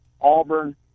Auburn